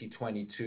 2022